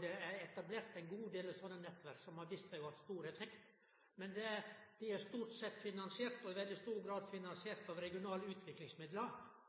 Det er etablert ein god del sånne nettverk som har vist seg å ha stor effekt. Dei er i veldig stor grad finansierte av regionale